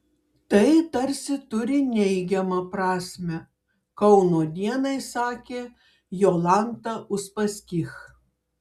tai tarsi turi neigiamą prasmę kauno dienai sakė jolanta uspaskich